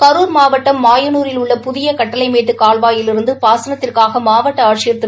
கரூர் மாவட்டம் மாயனூரில் உள்ள புதிய கட்டளைமேட்டுக் கால்வாயிலிருந்து பாசனத்திற்காக மாவட்ட ஆட்சியர் திரு